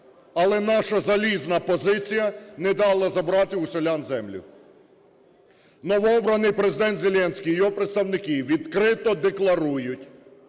але наша залізна позиція не дала забрати у селян землю. Новообраний Президент Зеленський, його представники відкрито декларують